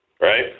right